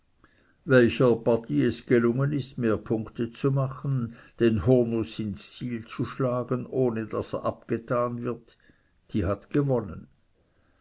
welcher partie es gelungen ist mehr punkte zu machen den hurnuß ins ziel zu schlagen ohne daß er abgetan wird die hat gewonnen